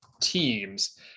teams